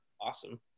awesome